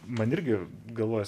man irgi galvojas